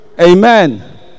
Amen